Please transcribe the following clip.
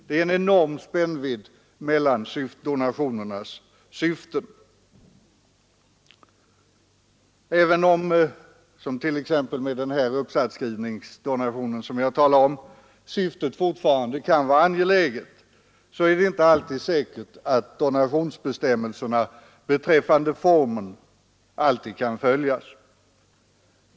Det är en enorm spännvidd mellan donationernas syften. Även om — som t.ex. med den här uppsatsskrivningsdonationen - syftet fortfarande kan vara angeläget är det inte säkert att donationsbestämmelserna beträffande formerna alltid kan följas.